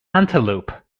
antelope